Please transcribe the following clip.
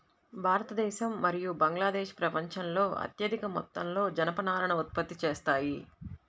భారతదేశం మరియు బంగ్లాదేశ్ ప్రపంచంలో అత్యధిక మొత్తంలో జనపనారను ఉత్పత్తి చేస్తాయి